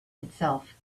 itself